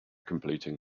completing